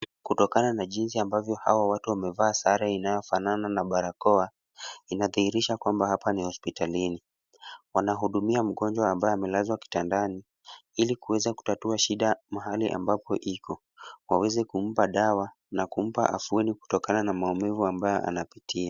Kutokana na jinsi ambavyo hawa watu wamevaa sare inayofanana na barakoa, inadhihirisha kwamba hapa ni hospitalini. Wanahudumia mgonjwa ambaye amelazwa kitandani ili kuweza kutatua shida mahali ambako iko, waweze kumpa dawa na kumpa afueni kutokana na maumivu ambayo anapitia.